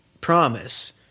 promise